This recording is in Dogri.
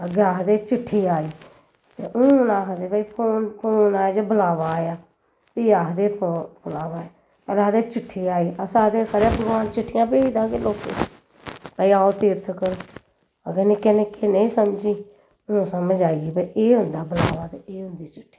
अग्गें आखदे चिट्ठी आई ते हून आखदे भाई कौन कौन आये जे बलावा आया फ्ही आखदे बलावा आया साढ़े आखदे चिट्ठी आई अस आखदे हे खरै भगवान चिट्ठियां भेजदा के लोकें गी भाई आओ तीरथ करो असें निक्कें निक्कें नेईं समझी हून समझ आई कि भई एह् होंदा बलावा ते एह् होंदी चिट्ठी